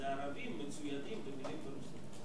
השלום זה ערבים מצוידים במלים ברוסית.